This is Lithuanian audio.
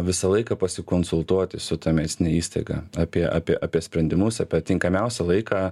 visą laiką pasikonsultuoti su ta medicine įstaiga apie apie apie sprendimus apie tinkamiausią laiką